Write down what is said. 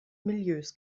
milieus